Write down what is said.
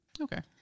Okay